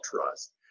trust